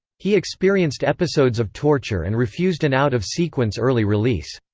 he experienced episodes of torture and refused an out-of-sequence early release.